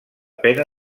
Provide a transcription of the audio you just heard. pena